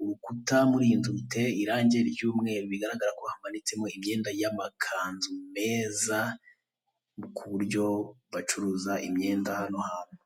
urukuta muri iyi nzu ruteye irangi ry'umweru, bigaragara ko hamanitsemo amakanzu meza ku buryo bacuruza imyenda hano hantu.